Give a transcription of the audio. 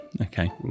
Okay